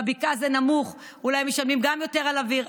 בבקעה זה נמוך, אולי משלמים גם יותר על אוויר.